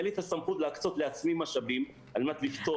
אין לי את הסמכות להקצות לעצמי משאבים על מנת לפתור את זה.